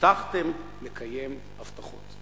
הבטחתם לקיים הבטחות.